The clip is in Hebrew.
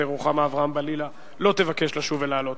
רוחמה אברהם-בלילא לא תבקש לשוב ולעלות.